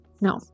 no